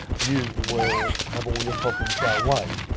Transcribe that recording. you will have all your problems go away.